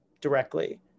directly